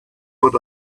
what